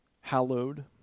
hallowed